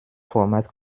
format